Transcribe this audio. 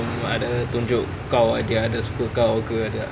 um ada tunjuk kau dia ada suka kau ke ada